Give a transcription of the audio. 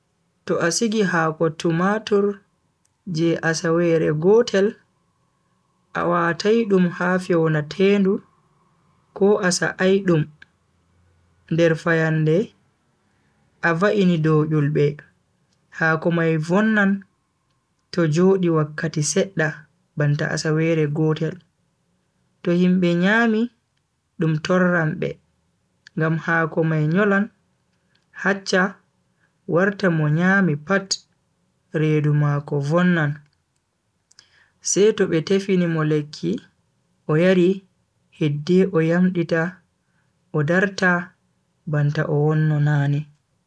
To a sigi hako tumatur je asawere gotel, a watai dum ha fewnatendu ko a sa'ai dum nder fayande a va'ini dow yulbe, haako mai vonnan to Jodi wakkati sedda banta asaweere gotel, to himbe nyami dum torran be ngam haako mai nyolan haccha warta mo nyami pat redu mako vonnan seto be tefini Mo lekki o yari hidde o yamdita o darta banta o wonno nane.